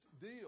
deal